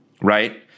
right